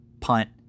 Punt